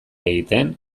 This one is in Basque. egiten